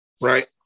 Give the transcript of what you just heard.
right